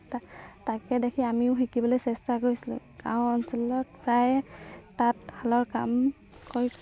তা তাকে দেখি আমিও শিকিবলৈ চেষ্টা কৰিছিলোঁ গাঁও অঞ্চলত প্ৰায় তাঁতশালৰ কাম কৰি